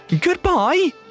Goodbye